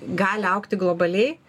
gali augti globaliai